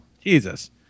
Jesus